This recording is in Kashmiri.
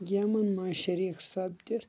گیمن منٛز شریٖک سپدِتھ